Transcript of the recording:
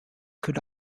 could